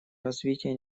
развития